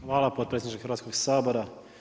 Hvala potpredsjedniče Hrvatskog sabora.